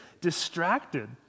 distracted